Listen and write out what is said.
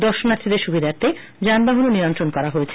দর্শনার্থীদের সুবিধার্থে যানবাহন নিয়ন্ত্রণ করা হয়েছে